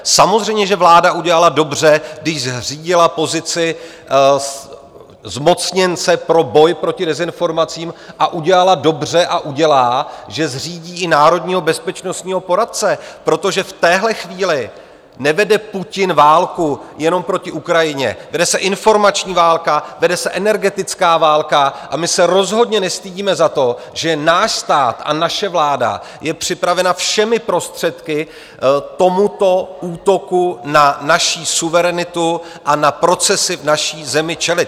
Samozřejmě že vláda udělala dobře, když zřídila pozici zmocněnce pro boj proti dezinformacím, a udělala dobře a udělá, že zřídí i národního bezpečnostního poradce, protože v téhle chvíli nevede Putin válku jenom proti Ukrajině, vede se informační válka, vede se energetická válka a my se rozhodně nestydíme za to, že náš stát a naše vláda je připravena všemi prostředky tomuto útoku na naši suverenitu a na procesy v naší zemi čelit.